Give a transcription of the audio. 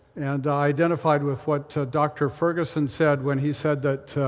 and i identified with what dr. ferguson said when he said that